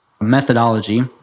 methodology